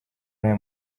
n’aya